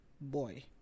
Boy